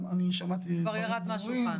אני שמעתי דברים ברורים,